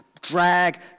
drag